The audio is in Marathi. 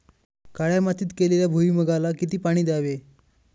काळ्या मातीत केलेल्या भुईमूगाला किती पाणी द्यावे?